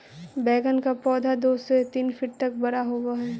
बैंगन का पौधा दो से तीन फीट तक बड़ा होव हई